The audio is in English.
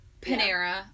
Panera